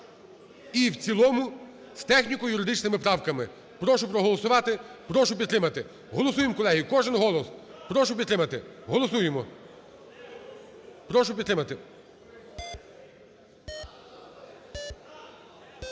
і в цілому з техніко-юридичними правками. Прошу проголосувати, прошу підтримати. Голосуємо, колеги, кожен голос, прошу підтримати, голосуємо, прошу підтримати.